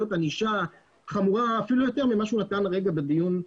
ענישה חמורה אפילו יותר ממה שהוא נתן הרגע בדיון.